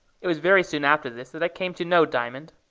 it was very soon after this that i came to know diamond.